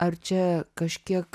ar čia kažkiek